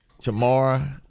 tomorrow